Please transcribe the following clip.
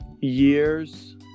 years